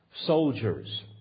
soldiers